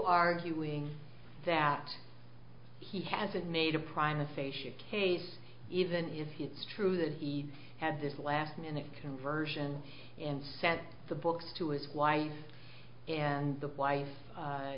arguing that he hasn't made a primus facia case even if it's true that he had this last minute conversion and sent the books to his wife and the wife